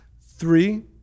Three